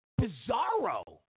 bizarro